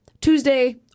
Tuesday